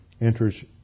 enters